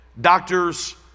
doctors